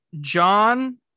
John